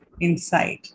inside